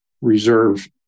reserve